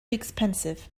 expensive